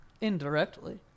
Indirectly